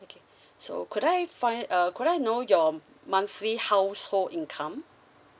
okay so could I find uh could I know your monthly household income